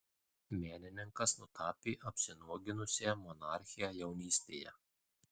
menininkas nutapė apsinuoginusią monarchę jaunystėje